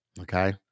Okay